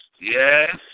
yes